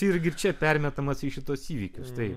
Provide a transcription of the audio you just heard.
irgi čia permetamas į šituos įvykius taip